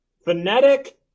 Phonetic